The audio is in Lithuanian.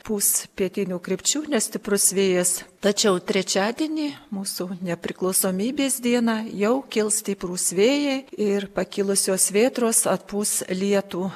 pūs pietinių krypčių nestiprus vėjas tačiau trečiadienį mūsų nepriklausomybės dieną jau kils stiprūs vėjai ir pakilusios vėtros atpūs lietų